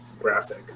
graphic